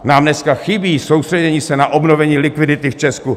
Nám dneska chybí soustředění se na obnovení likvidity v Česku.